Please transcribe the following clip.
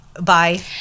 bye